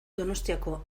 donostiako